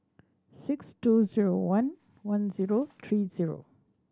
six two zero one one zero three zero